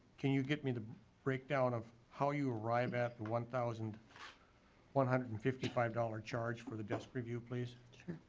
can you get me the breakdown how you arrive at the one thousand one hundred and fifty five dollars charge for the desk review please?